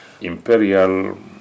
imperial